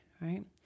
right